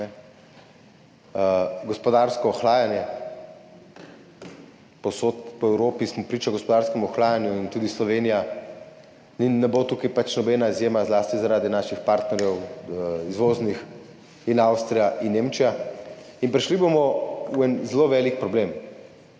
gospodarsko ohlajanje. Povsod po Evropi smo priča gospodarskem ohlajanju in tudi Slovenija ne bo tukaj pač nobena izjema, zlasti zaradi naših izvoznih partnerjev – Avstrije in Nemčije, in prišli bomo v en zelo velik problem.